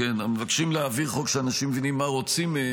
אנחנו מבקשים להעביר חוק שבו אנשים מבינים מה רוצים מהם